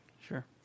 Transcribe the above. Sure